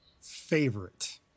favorite